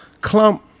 clump